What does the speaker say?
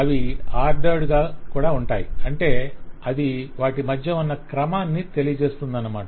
అవి ఆర్డర్డ్ గా కూడా ఉంటాయి అంటే అది వాటి మధ్య ఉన్న క్రమాన్ని తెలియజేస్తుందన్నమాట